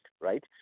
right